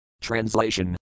Translation